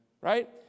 right